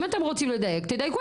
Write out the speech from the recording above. אם אתם רוצים לדייק, תדייקו.